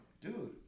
dude